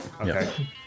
Okay